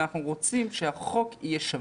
אלא אנחנו רוצים שהחוק יהיה שווה.